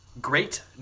great